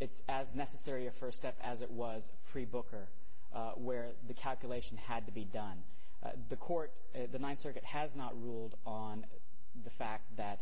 it's as necessary a first step as it was pre booker where the calculation had to be done the court the ninth circuit has not ruled on the fact that